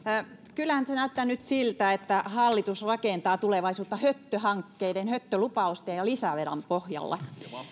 kyllähän se näyttää nyt siltä että hallitus rakentaa tulevaisuutta höttöhankkeiden höttölupausten ja lisävelan pohjalta